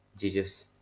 Jesus